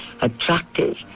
Attractive